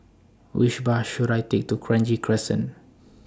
Which Bus should I Take to Kranji Crescent